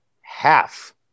half